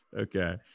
Okay